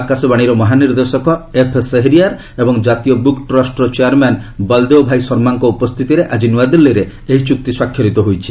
ଆକାଶବାଣୀର ମହାନିର୍ଦ୍ଦେଶକ ଏଫ୍ ସେହରିଆର ଏବଂ କାତୀୟ ବୁକ୍ ଟ୍ରଷ୍ଟର ଚେଆର୍ମ୍ୟାନ୍ ବଲ୍ଦେଓ ଭାଇ ଶର୍ମାଙ୍କ ଉପସ୍ଥିତିରେ ଆକି ନୂଆଦିଲ୍ଲୀରେ ଏହି ଚୁକ୍ତି ସ୍ୱାକ୍ଷରିତ ହୋଇଛି